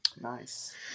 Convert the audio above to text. nice